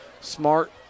Smart